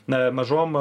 na mažom